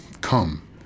come